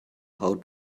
how